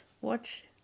watch